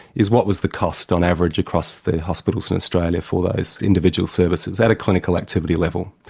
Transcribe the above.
is what was the cost on average across the hospitals in australia for those individual services at a clinical activity level.